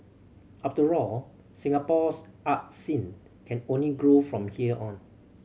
after all Singapore's art scene can only grow from here on